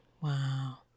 Wow